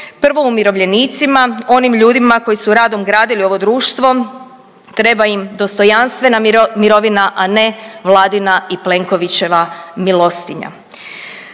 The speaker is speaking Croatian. prvo umirovljenicima, onim ljudima koji su radom gradili ovo društvo, treba im dostojanstvena mirovina, a ne Vladina i Plenkovićeva milostinja.